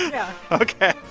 yeah ok.